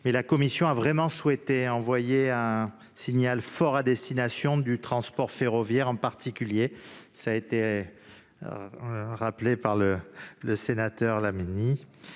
mais la commission a vraiment souhaité envoyer un signal fort à destination du transport ferroviaire en particulier, comme M. le sénateur Laménie